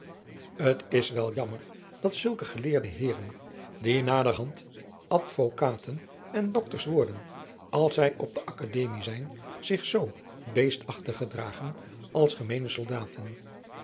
t s wel jammer dat zulke geleerde eeren die naderhand dvokaten en octors worden als zij op de kademie zijn zich zoo beestachtig gedragen als gemeene soldaten